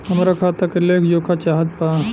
हमरा खाता के लेख जोखा चाहत बा?